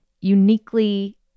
uniquely